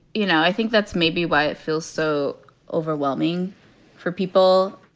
you know, i think that's maybe why it feels so overwhelming for people,